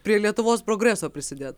prie lietuvos progreso prisidėt